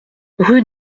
rue